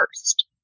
first